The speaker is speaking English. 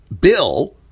bill